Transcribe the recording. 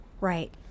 Right